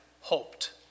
hoped